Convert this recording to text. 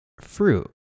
fruit